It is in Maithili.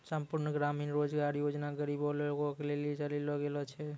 संपूर्ण ग्रामीण रोजगार योजना गरीबे लोगो के लेली चलैलो गेलो छै